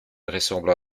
ressemble